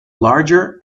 larger